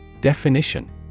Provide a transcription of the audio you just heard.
Definition